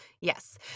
Yes